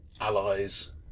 allies